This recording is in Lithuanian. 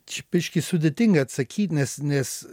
čia biškį sudėtinga atsakyt nes nes